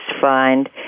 find